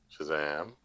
Shazam